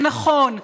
הנכון,